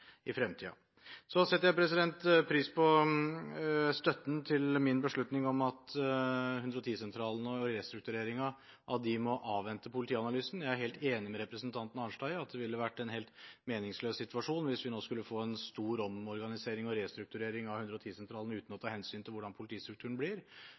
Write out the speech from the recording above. i fremtiden. Så setter jeg pris på støtten til min beslutning om at 110-sentralene og restruktureringen av dem må avvente politianalysen. Jeg er helt enig med representanten Arnstad i at det ville vært en helt meningsløs situasjon hvis vi nå skulle få en stor omorganisering og restrukturering av 110-sentralene uten å ta hensyn til hvordan politistrukturen blir.